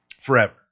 forever